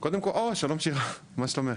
שלום, שירה, מה שלומך?